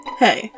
Hey